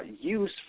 use